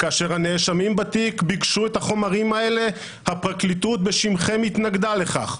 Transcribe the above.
כאשר הנאשמים בתיק ביקשו את החומרים האלה הפרקליטות בשמכם התנגדה לכך,